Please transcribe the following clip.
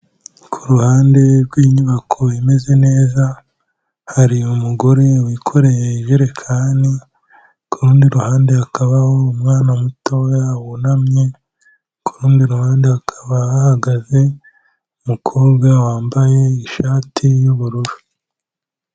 Ku ruhande rw'inyubako imeze neza hari umugore wikoreye ijerekani, ku rundi ruhande hakaba umwana muto wunamye, ku rundi ruhande hakaba hahagaze umukobwa wambaye ishati y'ubururu.